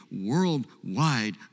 worldwide